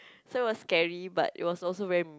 somewhat scary but it was also very